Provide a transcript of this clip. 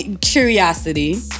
curiosity